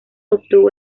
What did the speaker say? obtuvo